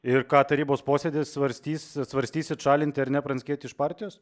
ir ką tarybos posėdis svarstys svarstysit šalinti ar ne pranckietį iš partijos